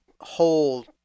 whole